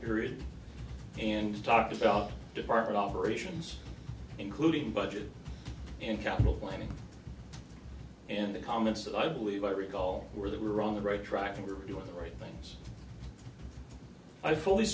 period and talked about department operations including budget and capital planning and the comments that i believe i recall were that were on the right track and are doing the right things i fully